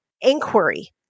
inquiry